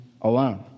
alone